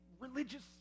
religious